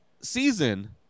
season